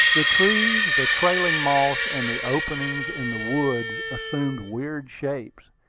the trees, the trailing moss, and the openings in the woods assumed weird shapes,